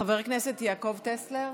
חבר הכנסת יעקב טסלר,